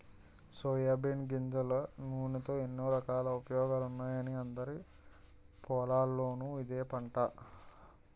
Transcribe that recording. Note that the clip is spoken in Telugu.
సోయాబీన్ గింజల నూనెతో ఎన్నో రకాల ఉపయోగాలున్నాయని అందరి పొలాల్లోనూ ఇదే పంట